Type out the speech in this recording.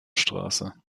straße